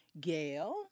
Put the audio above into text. Gail